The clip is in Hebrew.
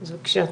אז בבקשה.